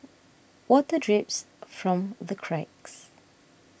water drips from the cracks